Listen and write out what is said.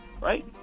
right